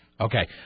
Okay